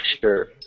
sure